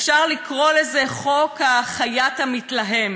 אפשר לקרוא לזה חוק החייט המתלהם.